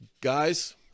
Guys